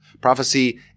Prophecy